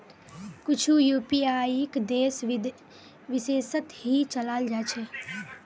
कुछु यूपीआईक देश विशेषत ही चलाल जा छे